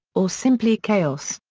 or simply chaos.